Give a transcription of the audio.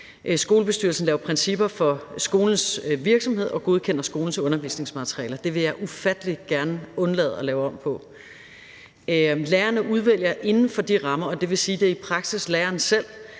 Skolebestyrelsen laver principper for skolens virksomhed og godkender skolens undervisningsmaterialer, og det vil jeg ufattelig gerne undlade at lave om på. Lærerne udvælger inden for de rammer, og det vil sige, at det i praksis er lærerne selv,